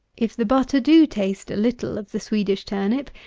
if the butter do taste a little of the swedish turnip,